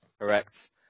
Correct